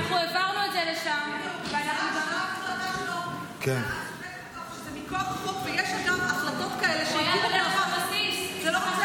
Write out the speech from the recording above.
זו לא החלטה שלו, זו החלטה של שר הביטחון.